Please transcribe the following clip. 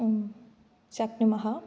शक्नुमः